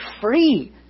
free